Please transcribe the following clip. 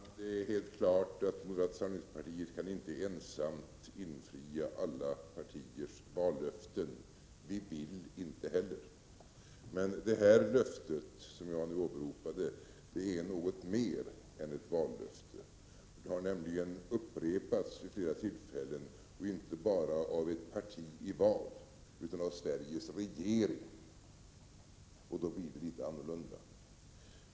Herr talman! Det är helt klart att moderata samlingspartiet inte ensamt kan infria alla partiers vallöften — vi vill inte heller göra det. Men det löfte som jag nu åberopade är något mer än ett vallöfte. Det har nämligen upprepats vid flera tillfällen, inte bara av ett parti i val utan av Sveriges regering, och då blir det litet annorlunda.